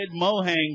mohang